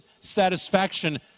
satisfaction